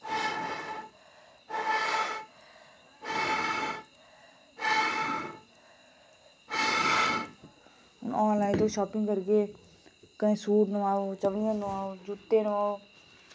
हुन आनलाइन तुस शापिंग करगे कदी सूट नुआओ चापलियां नुआओ जुत्ते नुआओ